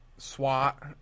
SWAT